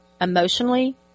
Emotionally